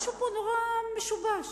משהו פה נורא משובש.